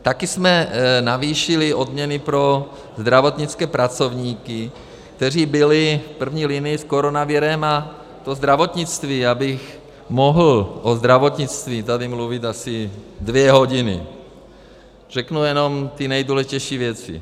Taky jsme navýšili odměny pro zdravotnické pracovníky, kteří byli v první linii s coronavirem, a to zdravotnictví já bych mohl o zdravotnictví tady mluvit asi dvě hodiny, řeknu jenom ty nejdůležitější věci.